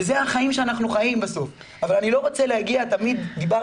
וזה החיים שאנחנו חיים בסוף אבל אני לא רוצה להגיע - דיברתי